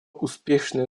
успешное